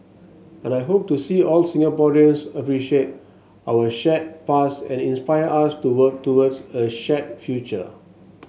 and I hope to see all Singaporeans appreciate our shared past and inspire us to work towards a shared future